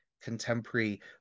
contemporary